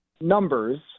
numbers